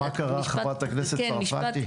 חברת הכנסת צרפתי.